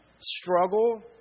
struggle